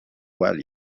well